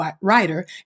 writer